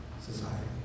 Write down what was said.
society